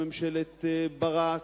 ממשלת ברק,